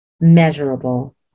measurable